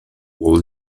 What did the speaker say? war